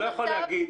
אתה לא יכול להגיד,